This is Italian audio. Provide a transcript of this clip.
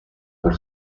per